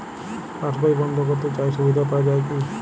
পাশ বই বন্দ করতে চাই সুবিধা পাওয়া যায় কি?